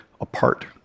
apart